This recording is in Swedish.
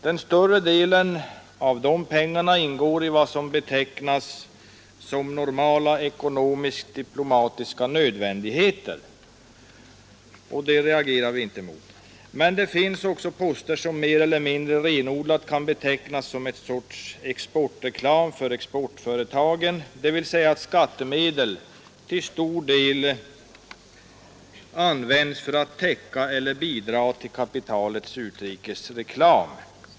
Den större delen av de pengarna ingår i vad man betecknar som normala ekonomisk-diplomatiska nödvändigheter, och det reagerar vi inte emot. Men det finns också poster som mer eller mindre renodlat kan betecknas som en sorts reklam för exportföretagen, dvs. att skattemedel till stor del används för att täcka eller bidra till kapitalets utrikesreklam.